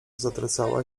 zatracała